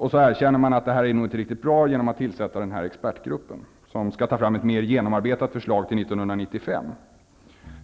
Man erkänner samtidigt att detta inte är riktigt bra genom att tillsätta en expertgrupp som skall ta fram ett mer genomarbetat förslag till 1995.